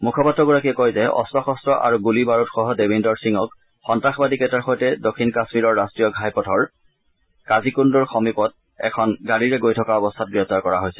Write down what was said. মুখপাত্ৰগৰাকীয়ে কয় যে অস্ত শস্ত্ৰ আৰু গুলী বাৰুদসহ দেবিন্দৰ সিঙক সন্তাসবাদীকেইজনৰ সৈতে দক্ষিণ কাশ্মীৰৰ ৰাষ্ট্ৰীয় ঘাইপথৰ কাজিকুণ্ডৰ সমীপত এখন বাহনত যাত্ৰা কৰি থকাৰ অৱস্থা গ্ৰেপ্তাৰ কৰা হৈছিল